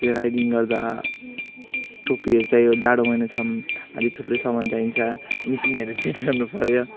त त्यो राइडिङ गर्दा टोपीहरू चाहियो जाडो महिना छ भने आझै थुप्रै सामान चाहिन्छ मसिनहरू फिट गर्नु पऱ्यो